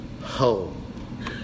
home